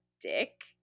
dick